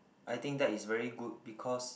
I think that is very good because